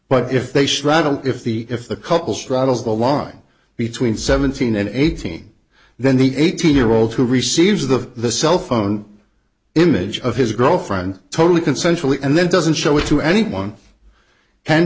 but if they struggle if the if the couple straddles the line between seventeen and eighteen then the eighteen year old who receives the cell phone image of his girlfriend totally consensually and then doesn't show it to anyone can